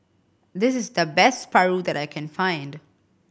this is the best paru that I can find